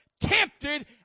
tempted